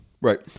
right